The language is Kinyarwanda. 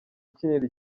ukinira